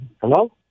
hello